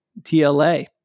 TLA